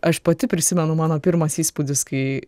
aš pati prisimenu mano pirmas įspūdis kai